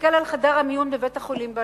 תסתכל על חדר המיון בבית-החולים באשקלון,